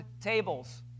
tables